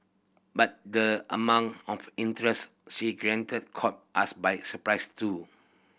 but the amount of interest she generated caught us by surprise too